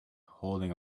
holding